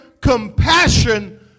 compassion